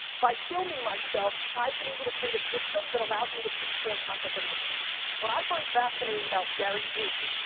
by filming myself, i've been able to create a system that allows me to produce more content than anybody. what i find fascinating about gary vee,